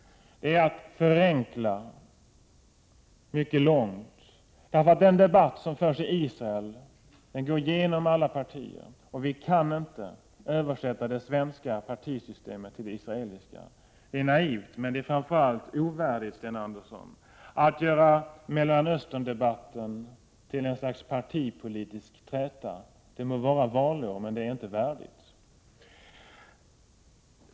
Det är att förenkla mycket långt. Den debatt som förs i Israel går igenom alla partier. Vi kan inte översätta det svenska partisystemet till det israeliska. Det är naivt, och framför allt ovärdigt, Sten Andersson, att göra Mellanösterndebatten till ett slags partipolitisk träta. Det må vara valår, men detta är inte värdigt.